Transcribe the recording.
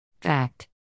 Fact